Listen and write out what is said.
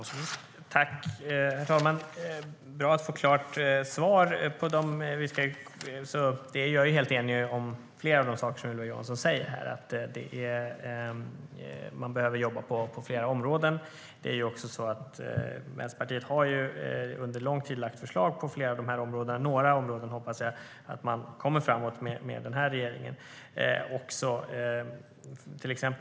Herr talman! Det var bra att få ett klart svar. Jag är helt enig med Ylva Johansson om flera av de saker som hon säger här. Man behöver jobba på flera områden. Vänsterpartiet har också under lång tid lagt fram förslag på flera av dessa områden. På några områden hoppas jag att man kommer framåt med denna regering.